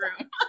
room